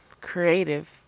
creative